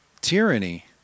tyranny